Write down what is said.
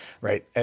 right